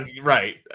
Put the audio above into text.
Right